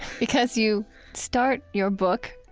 because you start your book,